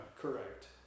Correct